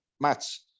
match